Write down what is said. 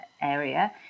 area